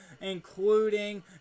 including